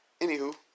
Anywho